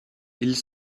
ils